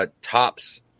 tops